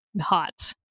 Hot